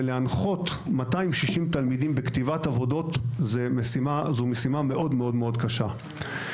ולהנחות 260 תלמידים בכתיבת עבודות זאת משימה מאוד מאוד מאוד קשה.